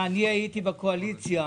אני הייתי בקואליציה